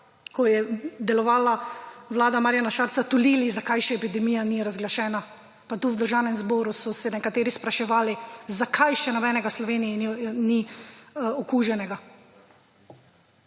ko je delovala vlada Marjana Šarca, tulili, zakaj še epidemija ni razglašena, pa tu v Državnem zboru so se nekateri spraševali, zakaj še nobenega v Sloveniji okuženega.